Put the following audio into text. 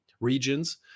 regions